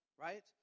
right